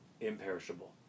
imperishable